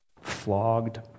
flogged